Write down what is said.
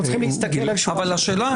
אנחנו צריכים להסתכל על שורה של פסיקות.